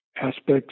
aspects